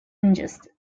ingested